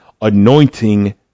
anointing